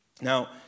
Now